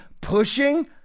pushing